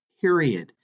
period